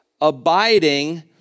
abiding